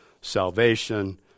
salvation